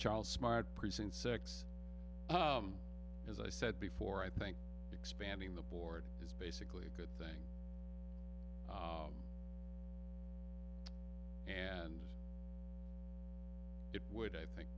charles smart present sex as i said before i think expanding the board is basically a good thing and it would i think